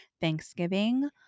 Thanksgiving